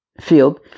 field